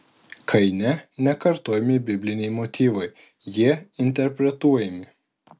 kaine nekartojami bibliniai motyvai jie interpretuojami